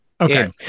okay